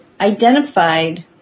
identified